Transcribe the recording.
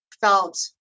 felt